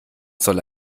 soll